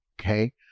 Okay